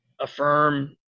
affirm